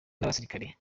n’abasirikare